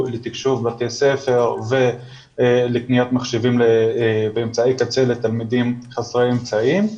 ותקשוב בתי ספר ולקניית מחשבים לתלמידים חסרי אמצעים.